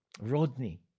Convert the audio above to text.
Rodney